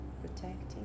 protecting